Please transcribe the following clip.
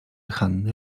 hanny